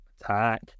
attack